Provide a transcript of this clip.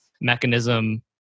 mechanism